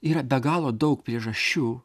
yra be galo daug priežasčių